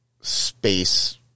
space –